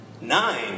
Nine